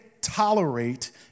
tolerate